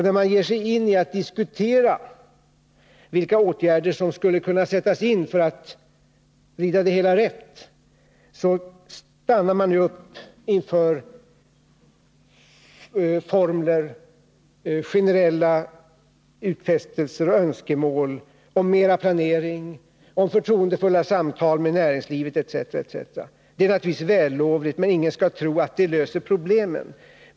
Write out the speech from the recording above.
När man ger sig in i en diskussion om vilka åtgärder som skulle kunna sättas in för att vrida det hela rätt igen, så stannar man upp inför generella utfästelser och önskemål om mera planering, om förtroendefulla samtal med näringslivet etc. Det är naturligtvis vällovligt, men ingen skall tro att det löser problemen.